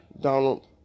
Donald